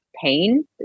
pain